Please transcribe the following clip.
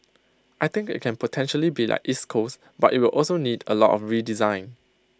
I think IT can potentially be like East Coast but IT will also need A lot of redesign